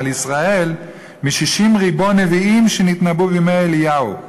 "על ישראל משישים ריבוא נביאים שנתנבאו בימי אליהו".